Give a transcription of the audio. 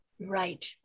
Right